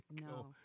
No